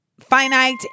finite